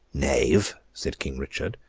knave! said king richard.